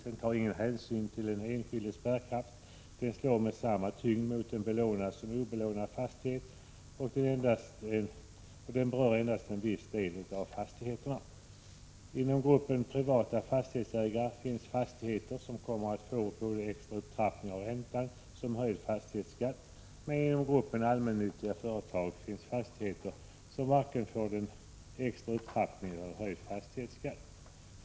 Den tar ingen hänsyn till den enskildes bärkraft, och den slår med samma tyngd mot såväl belånade som obelånade fastigheter. Den berör endast en viss del av fastighetsbeståndet. Inom gruppen privata fastighetsägare finns fastigheter, som kommer att få såväl en extra upptrappning av räntan som höjd fastighetsskatt. Inom gruppen allmännyttiga företag finns fastigheter, som varken får den extra upptrappningen eller höjd fastighetsskatt.